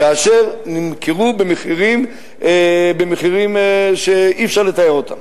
כאשר הן נמכרו במחירים שאי-אפשר לתאר אותם.